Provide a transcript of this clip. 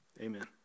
Amen